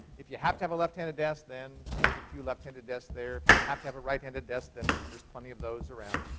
if you have to have a left-handed desk, then there's a few left-handed desks there. if you have to have a right-handed desk, then there's plenty of those around.